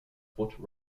foot